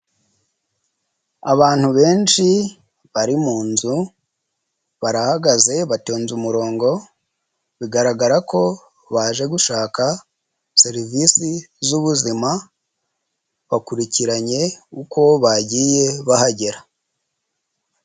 Abantu benshi bari mun nzu barahagaze batonze umurongo bigaragara ko baje gushaka serivisi z'ubuzima bakurikiranye uko bagiye bahagera.